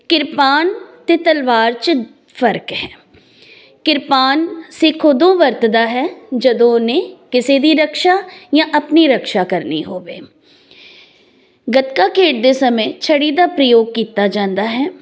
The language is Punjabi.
ਕਿਰਪਾਨ ਅਤੇ ਤਲਵਾਰ 'ਚ ਫ਼ਰਕ ਹੈ ਕਿਰਪਾਨ ਸਿੱਖ ਉਦੋਂ ਵਰਤਦਾ ਹੈ ਜਦੋਂ ਉਹਨੇ ਕਿਸੇ ਦੀ ਰਕਸ਼ਾ ਜਾਂ ਆਪਣੀ ਰਕਸ਼ਾ ਕਰਨੀ ਹੋਵੇ ਗੱਤਕਾ ਖੇਡਦੇ ਸਮੇਂ ਛੜੀ ਦਾ ਪ੍ਰਯੋਗ ਕੀਤਾ ਜਾਂਦਾ ਹੈ